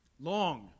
Long